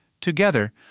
Together